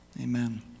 Amen